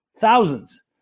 Thousands